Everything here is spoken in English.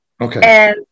Okay